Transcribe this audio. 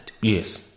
Yes